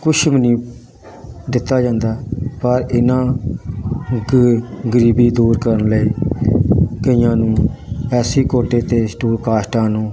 ਕੁਛ ਵੀ ਨਹੀਂ ਦਿੱਤਾ ਜਾਂਦਾ ਪਰ ਇਹਨਾਂ ਦੀ ਗਰੀਬੀ ਦੂਰ ਕਰਨ ਲਈ ਕਈਆਂ ਨੂੰ ਐਸੀ ਕੋਟੇ 'ਤੇ ਸ਼ਡਿਉਲ ਕਾਸਟਾਂ ਨੂੰ